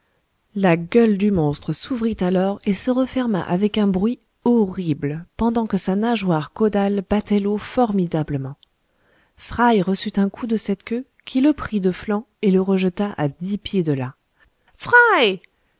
la gueule du monstre s'ouvrit alors et se referma avec un bruit horrible pendant que sa nageoire caudale battait l'eau formidablement fry reçut un coup de cette queue qui le prit de flanc et le rejeta à dix pieds de là fry